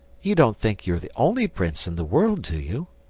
you don't think you're the only prince in the world, do you?